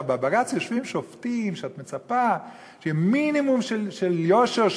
בבג"ץ יושבים שופטים שאת מצפה שמינימום של יושר,